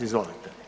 Izvolite.